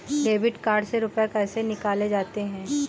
Debit card से रुपये कैसे निकाले जाते हैं?